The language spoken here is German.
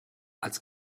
als